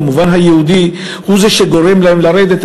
במובן היהודי היא זו שגורמת להם לרדת,